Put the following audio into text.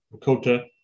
quota